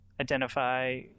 identify